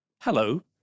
Hello